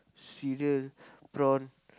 cereal prawn